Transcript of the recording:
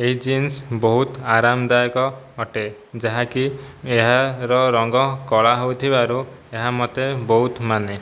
ଏହି ଜିନ୍ସ ବହୁତ ଆରାମ ଦାୟକ ଅଟେ ଯାହାକି ଏହାର ରଙ୍ଗ କଳା ହେଇଥିବାରୁ ଏହା ମୋତେ ବହୁତ ମାନେ